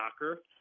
soccer